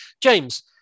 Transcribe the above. James